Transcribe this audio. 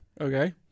okay